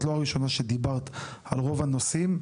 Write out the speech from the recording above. את לא הראשונה שדיברת על רוב הנושאים,